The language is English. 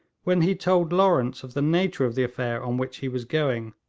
when he told lawrence of the nature of the affair on which he was going,